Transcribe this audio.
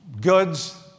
goods